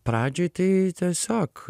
pradžiai tai tiesiog